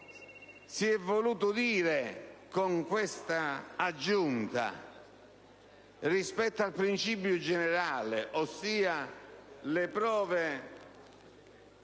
si è voluto dire con questa aggiunta rispetto al principio generale secondo cui le prove